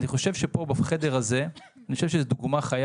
אני חושב שפה בחדר הזה זאת דוגמה חיה